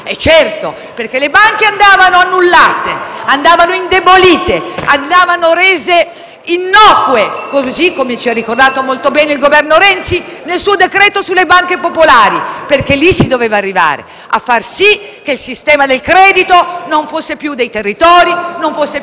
così come ci ha ricordato molto bene il Governo Renzi col suo decreto-legge sulle banche popolari, perché lì si doveva arrivare: far sì che il sistema del credito non fosse più dei territori, non fosse più del nostro sistema economico e sociale, ma fosse invece di questa grande finanza, di questo mercato